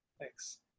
thanks